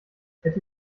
hätte